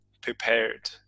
prepared